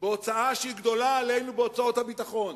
בהוצאה שגדולה עלינו בהוצאות הביטחון.